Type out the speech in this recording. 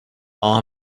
all